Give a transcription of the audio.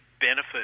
benefit